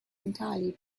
entirely